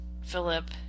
Philip